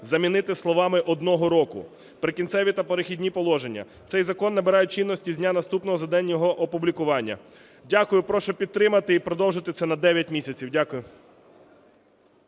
замінити словами "одного року". Прикінцеві та перехідні положення. Цей закон набирає чинності з дня, наступного за днем його опублікування. Дякую. Прошу підтримати і продовжити це на дев'ять місяців. Дякую.